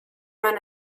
man